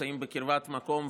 שנמצאים בקרבת מקום,